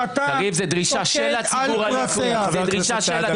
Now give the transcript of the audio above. שאתה שוקד על פרטיה.